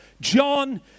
John